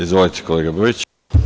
Izvolite, kolega Bojiću.